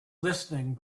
listening